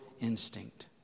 instinct